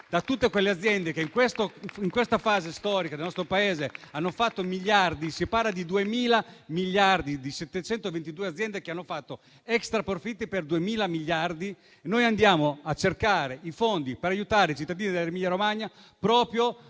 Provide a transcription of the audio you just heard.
in tutte quelle aziende che in questa fase storica del nostro Paese hanno fatto miliardi (si parla di 722 aziende che hanno fatto extraprofitti per 2.000 miliardi), andiamo a cercare i fondi per aiutare i cittadini dell'Emilia-Romagna proprio